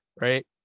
right